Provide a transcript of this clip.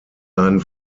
einen